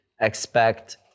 expect